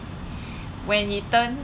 when he turn